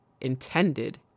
intended